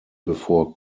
before